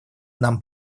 нам